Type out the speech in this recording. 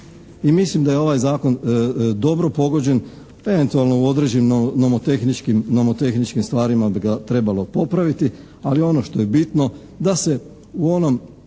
mislim da je ovaj zakon dobro pogođen, eventualno u određenim nomotehničkim stvarima bi ga trebalo popraviti, ali ono što je bitno da se u onom